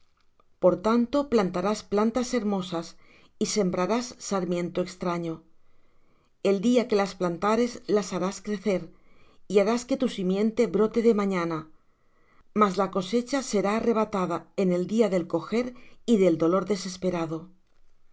por tanto plantarás plantas hermosas y sembrarás sarmiento extraño el día que las plantares las harás crecer y harás que tu simiente brote de mañana mas la cosecha será arrebatada en el día del coger y del dolor desesperado